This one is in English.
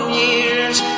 years